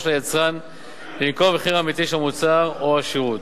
של היצרן לנקוב במחיר האמיתי של המוצר או השירות.